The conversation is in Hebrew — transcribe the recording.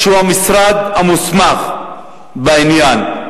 שהוא המשרד המוסמך בעניין.